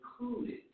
included